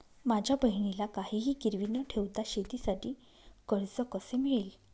माझ्या बहिणीला काहिही गिरवी न ठेवता शेतीसाठी कर्ज कसे मिळेल?